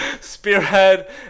spearhead